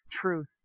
truth